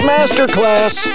Masterclass